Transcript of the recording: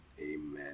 amen